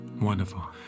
Wonderful